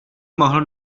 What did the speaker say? mohl